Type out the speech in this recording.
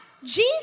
Jesus